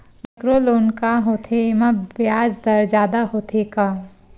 Micro loan का होथे येमा ब्याज दर जादा होथे का?